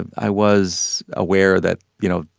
and i was aware that, you know,